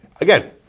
Again